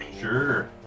Sure